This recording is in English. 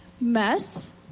mess